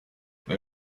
they